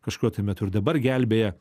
kažkuriuo tai metu ir dabar gelbėja